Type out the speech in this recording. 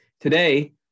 Today